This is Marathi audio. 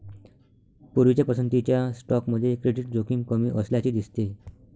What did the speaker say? पूर्वीच्या पसंतीच्या स्टॉकमध्ये क्रेडिट जोखीम कमी असल्याचे दिसते